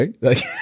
Right